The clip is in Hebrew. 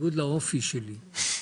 בניגוד לאופי שלי.